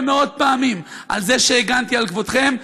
ומאות פעמים על זה שהגנתי על כבודכם,